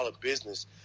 business